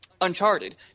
Uncharted